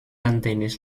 andenes